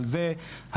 אבל זה המודל.